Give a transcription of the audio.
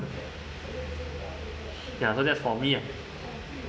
ya so that's for me ah